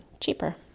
cheaper